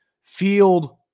Field